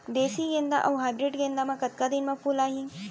देसी गेंदा अऊ हाइब्रिड गेंदा म कतका दिन म फूल आही?